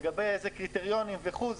לגבי איזה קריטריונים וכו',